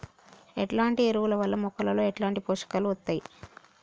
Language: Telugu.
ఎట్లాంటి ఎరువుల వల్ల మొక్కలలో ఎట్లాంటి పోషకాలు వత్తయ్?